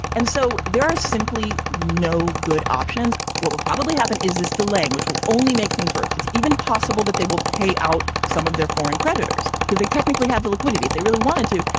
and so there are simply no good options. what will probably happen is this delay, which will only make things worse. it's even possible that they will pay out some of their foreign creditors because they technically have the liquidity if they really wanted to.